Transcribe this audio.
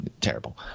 terrible